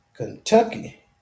Kentucky